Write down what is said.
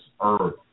earth